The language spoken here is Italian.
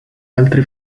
altri